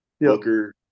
Booker